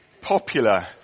popular